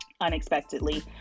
unexpectedly